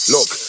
Look